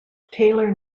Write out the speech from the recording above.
taylor